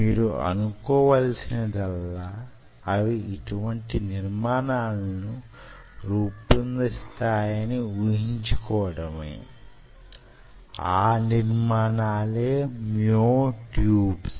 మీరు అనుకోవలసినదల్లా అవి యిటువంటి నిర్మాణాలను రూపొందిస్తాయని ఊహించుకోవడమే ఆ నిర్మాణాలే మ్యోట్యూబ్ లు